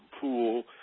pool